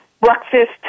breakfast